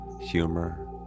humor